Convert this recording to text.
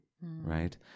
right